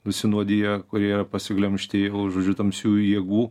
nusinuodiję kurie yra pasiglemžti jau žodžiu tamsiųjų jėgų